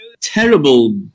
terrible